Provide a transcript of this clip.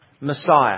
Messiah